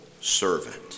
servant